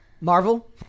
Marvel